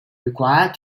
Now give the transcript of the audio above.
required